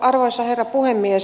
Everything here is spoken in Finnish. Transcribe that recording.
arvoisa herra puhemies